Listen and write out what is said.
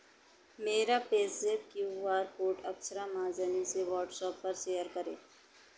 मेरा पेज्ज़े Q R code Akshara Mahajani से वॉट्सएप पर शेयर करें